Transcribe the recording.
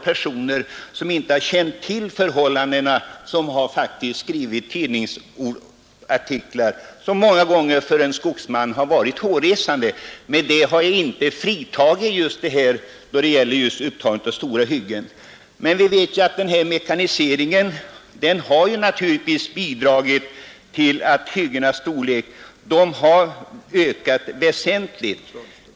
Personer som inte känner till förhållandena har skrivit artiklar som många gånger för en skogsman verkat hårresande. Därmed har jag dock inte under alla omständigheter försvarat upptagandet av stora hyggen. Vi vet vidare att mekaniseringen naturligtvis har bidragit till att hyggenas storlek har ökat väsentligt.